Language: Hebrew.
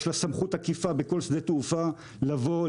יש לה סמכות עקיפה בכל שדה תעופה לבוא,